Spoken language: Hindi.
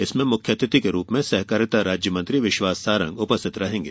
इसमें मुख्य अतिथि के रूप में सहकारिता राज्य मंत्री विश्वास सारंग उपस्थित रहेंगे